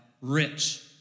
rich